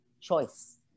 choice